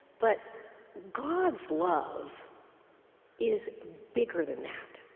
but god's love is bigger than that.